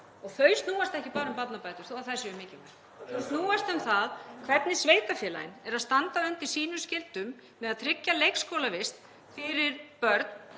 og þau snúast ekki bara um barnabætur þó að þær séu mikilvægar. (Gripið fram í.) Þau snúast um það hvernig sveitarfélögin eru að standa undir sínum skyldum með því að tryggja leikskólavist fyrir börn,